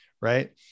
Right